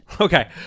Okay